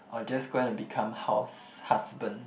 or just going to become house husband